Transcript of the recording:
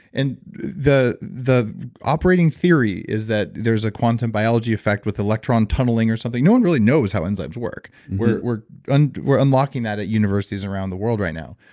and the the operating theory is that there's a quantum biology effect with electron tunneling or something. no one really knows how enzymes work. we're we're and we're unlocking that at universities around the world right now.